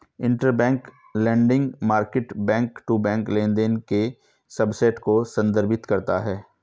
interbank lending market back to back लेनदेन के subset को संदर्भित करता है